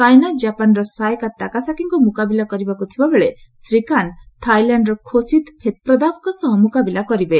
ସାଇନା ଜାପାନ୍ର ସାୟକା ତାକାସାକିଙ୍କୁ ମୁକାବିଲା କରୁଥିବାବେଳେ ଶ୍ରୀକାନ୍ତ ଥାଇଲ୍ୟାଣ୍ଡ୍ର ଖୋସିତ୍ ଫେତ୍ପ୍ରଦାବଙ୍କ ସହ ମୁକାବିଲା କରିବେ